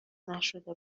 نشده